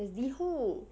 is Liho